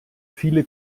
viele